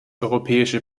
europäische